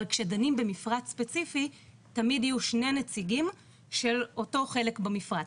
אבל כשדנים במפרטי ספציפי תמיד יהיו שני נציגים של אותו חלק במפרט.